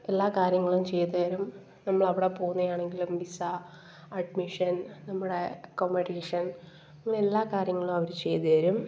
എല്ലാ കാര്യങ്ങളും ചെയ്ത് തരും നമ്മളവിടെ പോകുന്നതാണെങ്കിലും വിസാ അഡ്മിഷൻ നമ്മുടെ അക്കോമഡഷൻ അങ്ങനെ എല്ലാ കാര്യങ്ങളും അവർ ചെയ്ത് തരും